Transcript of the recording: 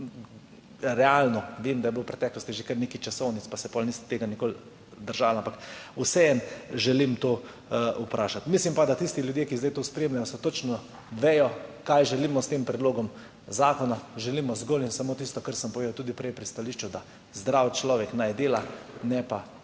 realno? Vem, da je bilo v preteklosti že kar nekaj časovnic, pa se potem niste tega nikoli držali, ampak vseeno želim to vprašati. Mislim pa, da tisti ljudje, ki zdaj to spremljajo, točno vedo, kaj želimo s tem predlogom zakona. Želimo zgolj in samo tisto, kar sem povedal tudi prej pri stališču – zdrav človek naj dela, ne pa